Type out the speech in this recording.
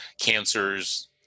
cancers